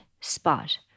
spot